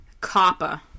Copper